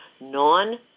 non